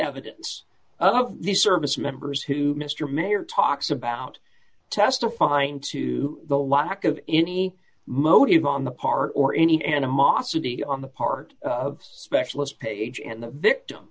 evidence of the service members who mr mayor talks about testifying to the lack of any motive on the part or any animosity on the part of specialist page and the victim